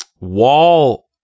wall